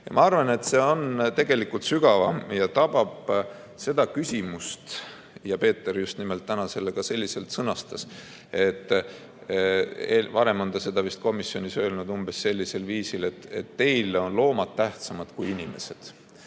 Ma arvan, et see on tegelikult sügavam ja tabab seda küsimust, ja Peeter just nimelt täna selle ka selliselt sõnastas. Varem on ta seda vist komisjonis öelnud umbes sellisel viisil, et teile on loomad tähtsamad kui inimesed.